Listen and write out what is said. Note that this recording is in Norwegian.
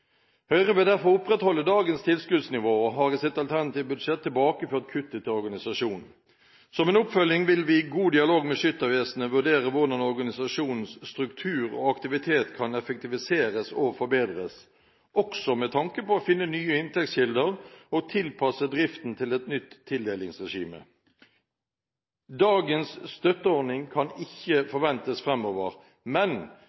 Høyre vil derfor opprettholde dagens tilskuddsnivå og har i sitt alternative budsjett tilbakeført kuttet til organisasjonen. Som en oppfølging vil vi – i god dialog med Skyttervesenet – vurdere hvordan organisasjonens struktur og aktivitet kan effektiviseres og forbedres, også med tanke på å finne nye inntektskilder og tilpasse driften til et nytt tildelingsregime. Dagens støtteordning kan ikke forventes fremover, men